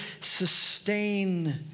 sustain